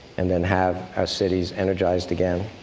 and then have our cities energized again?